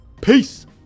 Peace